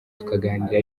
tukaganira